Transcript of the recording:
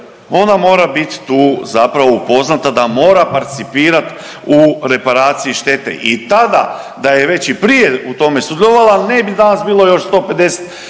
ona mora biti tu zapravo upoznata da mora participirati u reparaciji štete i tada da je već i prije u tome sudjelovala ne bi danas bilo još 150